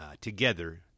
together